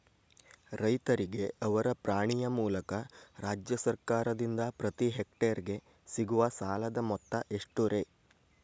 ರೈತರಿಗೆ ಅವರ ಪಾಣಿಯ ಮೂಲಕ ರಾಜ್ಯ ಸರ್ಕಾರದಿಂದ ಪ್ರತಿ ಹೆಕ್ಟರ್ ಗೆ ಸಿಗುವ ಸಾಲದ ಮೊತ್ತ ಎಷ್ಟು ರೇ?